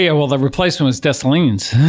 yeah. well, the replacement was dessalines,